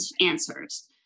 answers